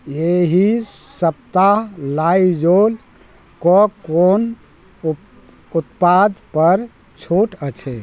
एहि सप्ताह लाइजॉलके कोन उत्पादपर छूट अछि